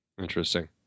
Interesting